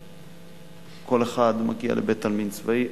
כל אחד מגיע לבית-עלמין צבאי.